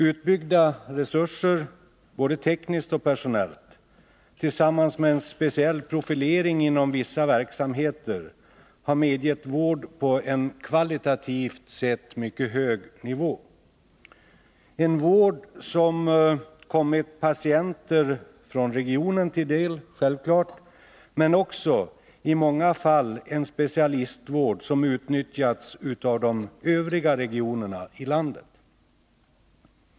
Utbyggda resurser — både tekniskt och personellt — tillsammans med en speciell profilering inom vissa verksamheter har medgett vård på en kvalitativt sett mycket hög nivå — en vård som naturligtvis kommit patienter från regionen till del men också i många fall en specialistvård som utnyttjats av de övriga regionerna i landet.